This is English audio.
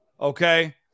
Okay